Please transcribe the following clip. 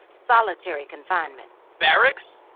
solitary confinement barracks?